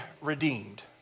redeemed